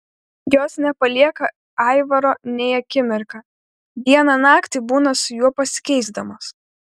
jos nepalieka aivaro nei akimirką dieną naktį būna su juo pasikeisdamos